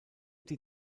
die